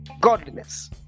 godliness